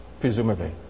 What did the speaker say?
presumably